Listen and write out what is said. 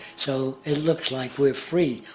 so it looks like we're free,